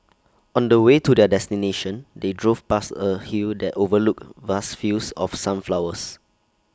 on the way to their destination they drove past A hill that overlooked vast fields of sunflowers